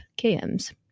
KMs